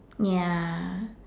ya